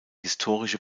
historische